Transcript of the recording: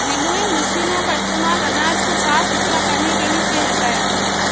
winnowing मशीनों का इस्तेमाल अनाज को साफ सुथरा करने के लिए किया जाता है